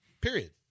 period